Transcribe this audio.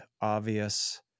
obvious